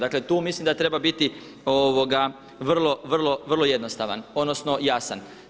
Dakle, tu mislim da treba biti vrlo, vrlo jednostavan, odnosno jasan.